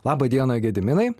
laba diena gediminai